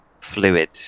fluid